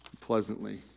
pleasantly